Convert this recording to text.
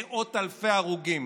מאות אלפי הרוגים,